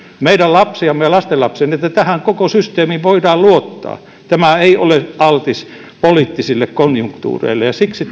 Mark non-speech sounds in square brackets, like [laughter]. meidän lapsiamme ja lastenlapsiamme varten niin että tähän koko systeemiin voidaan luottaa tämä ei ole altis poliittisille konjunktuureille ja siksi [unintelligible]